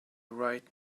right